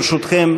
ברשותכם,